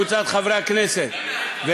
וקבוצת חברי הכנסת, פנינה.